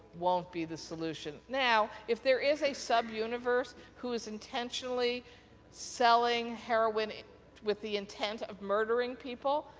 won't be the solution. now, if there is a sub universe, who is intentionally selling heroin with the intent of murdering people,